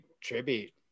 tribute